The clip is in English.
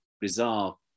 bizarre